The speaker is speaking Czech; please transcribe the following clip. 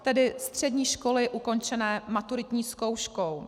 Tedy střední školy ukončené maturitní zkouškou.